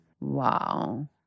Wow